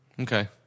Okay